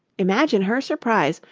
imagine her surprise,